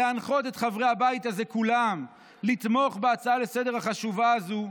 להנחות את חברי הבית הזה כולם לתמוך בהצעה לסדר-היום החשובה הזאת,